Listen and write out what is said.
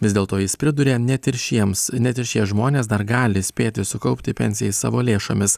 vis dėlto jis priduria net ir šiems net ir šie žmonės dar gali spėti sukaupti pensijai savo lėšomis